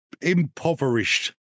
impoverished